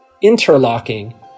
interlocking